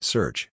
Search